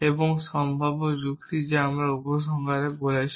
এবং সম্ভাব্য যুক্তি যা আমার উপসংহার বলছে